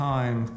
Time